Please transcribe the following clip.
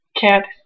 cat